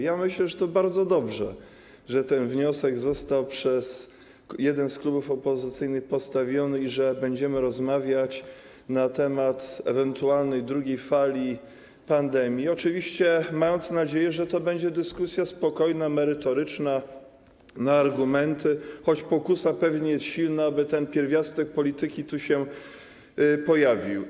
Ja myślę, że to bardzo dobrze, że ten wniosek został przez jeden z klubów opozycyjnych postawiony i że będziemy rozmawiać na temat ewentualnej drugiej fali pandemii, oczywiście mam nadzieję, że to będzie dyskusja spokojna, merytoryczna, na argumenty, choć pokusa pewnie jest silna, aby ten pierwiastek polityki tu się pojawił.